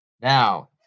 Now